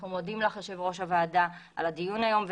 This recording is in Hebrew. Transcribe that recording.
אנחנו מודים לך יושבת ראש הוועדה על הדיון היום,